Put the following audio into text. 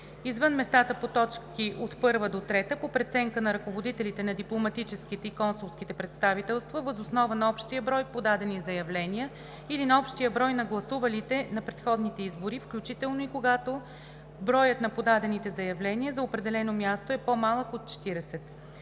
извън местата по т. 1 – 3 по преценка на ръководителите на дипломатическите и консулските представителства въз основа на общия брой подадени заявления или на общия брой на гласувалите на предходни избори, включително и когато броят на подадените заявления за определено място е по-малък от 40;